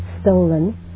stolen